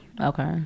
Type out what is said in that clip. Okay